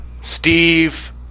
Steve